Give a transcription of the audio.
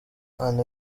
umwana